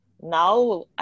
Now